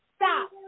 Stop